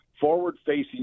forward-facing